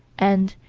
and,